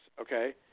okay